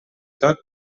tot